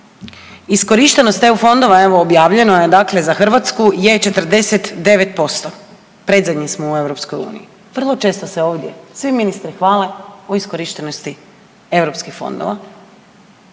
iskorištenost EU fondova je evo objavljeno je dakle za Hrvatsku je 49%, predzadnji smo u EU, vrlo često se ovdje svi ministri hvale o iskorištenosti EU fondova